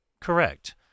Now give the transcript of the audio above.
correct